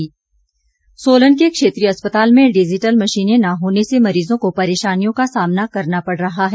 अस्पताल सोलन के क्षेत्रीय अस्पताल में डिजिटल मशीनें न होने से मरीजों को परेशानियों का सामना करना पड़ रहा है